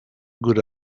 good